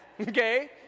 okay